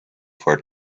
for